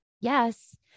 yes